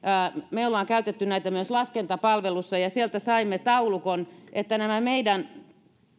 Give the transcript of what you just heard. me olemme käyttäneet näitä myös laskentapalvelussa ja sieltä saimme taulukon että nämä meidän